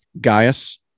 gaius